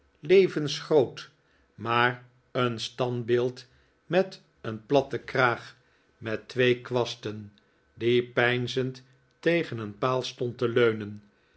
levensgroot maar een standbeeld met een platten kraag met twee kwasten die peinzend tegen een paal stond te leunen